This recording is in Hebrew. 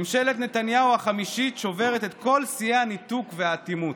ממשלת נתניהו החמישית שוברת את כל שיאי הניתוק והאטימות.